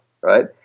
right